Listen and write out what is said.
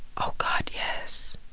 ah god, yes.